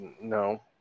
No